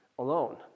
alone